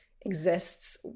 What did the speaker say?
exists